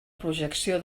projecció